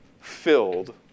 filled